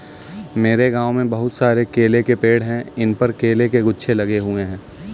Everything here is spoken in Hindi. मेरे गांव में बहुत सारे केले के पेड़ हैं इन पर केले के गुच्छे लगे हुए हैं